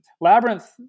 labyrinth